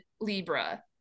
Libra